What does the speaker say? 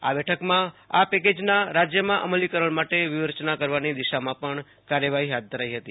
આ બેઠકમાં આ પેકેજના રાજ્યમાં અમલીકરણ માટે બહુ રચના કરવાની દિશામાં પણ ચર્ચા હાથ ધરાઈ હતી